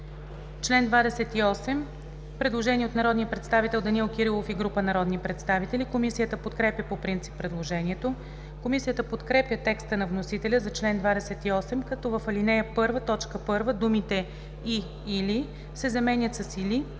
чл. 28 – предложение от народния представител Данаил Кирилов и група народни представители. Комисията подкрепя по принцип предложението. Комисията подкрепя текста на вносителя за чл. 28, като в ал. 1, т. 1 думите „и/или“ се заменят с „или“,